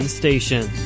station